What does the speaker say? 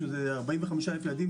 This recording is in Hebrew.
שזה 45,000 ילדים,